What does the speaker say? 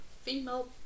female